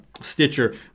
Stitcher